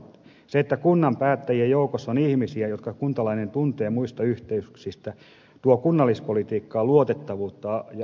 se että kunnan päättäjien joukossa on ihmisiä jotka kuntalainen tuntee muista yhteyksistä luo kunnallispolitiikkaan luotettavuutta ja avoimuutta